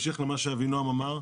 בהמשך למה שאבינועם אמר,